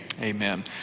Amen